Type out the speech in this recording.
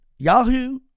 Yahoo